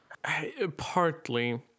Partly